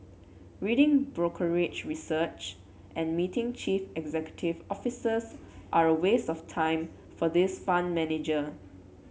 reading brokerage research and meeting chief executive officers are a waste of time for this fund manager